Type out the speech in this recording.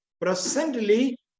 presently